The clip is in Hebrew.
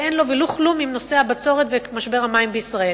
ואין לו ולא כלום עם נושא הבצורת ומשבר המים בישראל.